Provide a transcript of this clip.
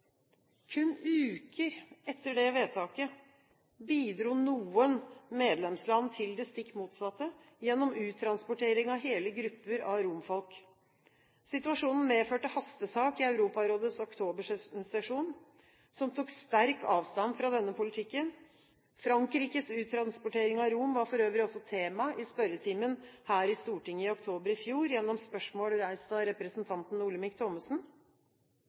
Kun uker etter det vedtaket bidro noen medlemsland til det stikk motsatte, gjennom uttransportering av hele grupper av romfolk. Situasjonen medførte hastesak i Europarådets oktobersesjon, som tok sterkt avstand fra denne politikken. Frankrikes uttransportering av romene var for øvrig også tema i spørretimen her i Stortinget i oktober i fjor, gjennom spørsmål reist av representanten Olemic Thommessen.